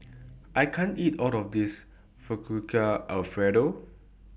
I can't eat All of This Fettuccine Alfredo